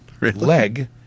leg